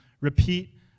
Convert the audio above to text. repeat